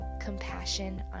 compassion